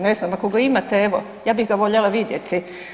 Ne znam, ako ga imate evo ja bih ga voljela vidjeti.